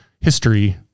history